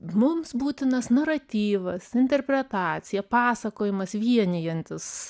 mums būtinas naratyvas interpretacija pasakojimas vienijantis